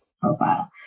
profile